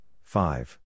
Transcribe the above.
five